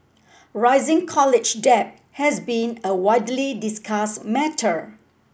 rising college debt has been a widely discussed matter